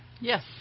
Yes